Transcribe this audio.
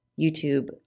YouTube